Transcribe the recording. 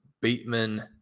Bateman